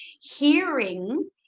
hearing